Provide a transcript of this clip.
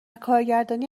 کارگردانی